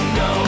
no